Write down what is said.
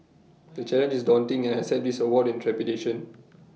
the challenge is daunting and I accept this award in trepidation